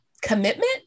commitment